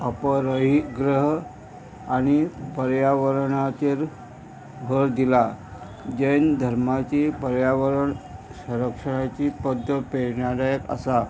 आपरही ग्रह आनी पर्यावरणाचेर भर दिला जैन धर्माची पर्यावरण संरक्षणाची पद्द पेणादक आसा